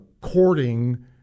courting